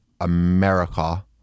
America